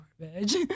garbage